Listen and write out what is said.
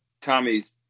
Tommy's